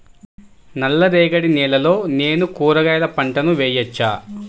నల్ల రేగడి నేలలో నేను కూరగాయల పంటను వేయచ్చా?